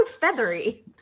feathery